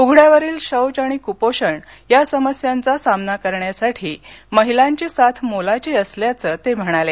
उघडयावरील शौच आणि कपोषण या समस्यांचा सामना करण्यासाठी महिलांची साथ मोलाची असल्याचं ते म्हणाले